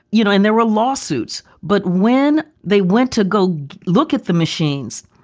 you know, and there were lawsuits but when they went to go look at the machines,